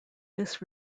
this